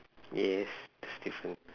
yes it's different